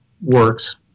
works